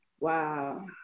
Wow